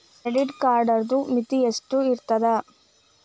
Credit ಕಾರ್ಡದು ಮಿತಿ ಎಷ್ಟ ಇರ್ತದ?